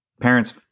parents